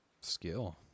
Skill